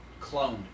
cloned